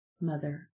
mother